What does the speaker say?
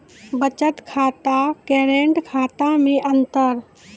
बचत खाता करेंट खाता मे अंतर?